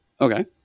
okay